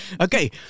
Okay